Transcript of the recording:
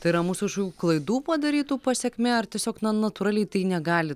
tai yra mūsų kažkokių klaidų padarytų pasekmė ar tiesiog na natūraliai tai negali